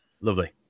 lovely